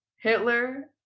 Hitler